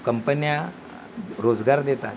कंपन्या रोजगार देतात